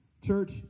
Church